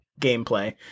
gameplay